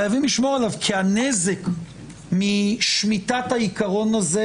חייבים לשמור עליו כי הנזק משמיטת העיקרון הזה,